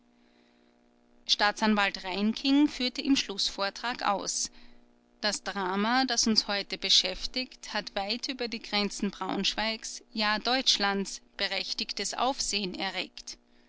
staatsanwalt reinking führte im schlußvortrag aus das drama das uns heute beschäftigt hat weit über die grenzen braunschweigs ja deutschlands berechtigtes aufsehen erregt